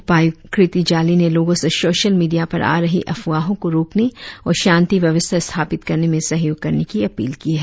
उपायुक्त कीर्ति जाली ने लोगों से सोशल मीडिया पर आ रही अफवाहों को रोकने और शांति व्यवस्था स्थापित करने में सहयोग करने की अपील की है